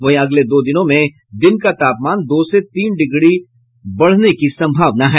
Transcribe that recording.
वहीं अगले दो दिनों में दिन का तापमान दो से तीन डिग्री बढ़ने की सम्भावना है